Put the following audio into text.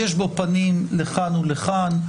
יש בו פנים לכאן ולכאן.